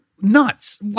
nuts